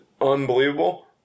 unbelievable